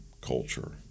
culture